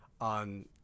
on